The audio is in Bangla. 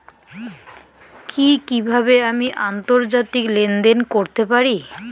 কি কিভাবে আমি আন্তর্জাতিক লেনদেন করতে পারি?